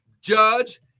judge